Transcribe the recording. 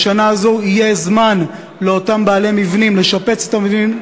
בשנה הזאת יהיה לאותם בעלי מבנים זמן לשפץ את המבנים,